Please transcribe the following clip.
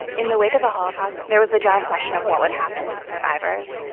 in the wake of the holocaust, there was the giant question of what would happen to survivors.